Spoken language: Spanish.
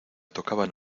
tocaban